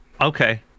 Okay